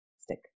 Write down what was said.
stick